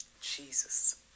Jesus